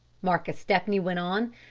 marcus stepney went on.